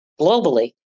globally